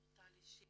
לעולה.